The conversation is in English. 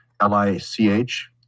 L-I-C-H